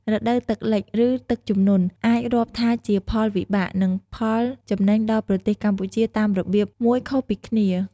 រដូវទឹកលិច ឬ ទឹកជំនន់អាចរាប់ថាជាផលវិបាក និងផលចំណេញដល់ប្រទេសកម្ពុជាតាមរបៀបមួយខុសពីគ្នា។